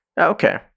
okay